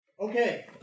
Okay